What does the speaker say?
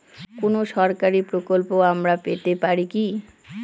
কোন সরকারি প্রকল্প আমরা পেতে পারি কি?